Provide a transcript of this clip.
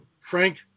frank